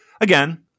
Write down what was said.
again